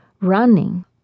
running